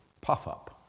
puff-up